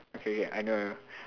okay K I know I know